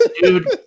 Dude